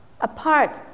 apart